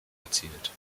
erzielt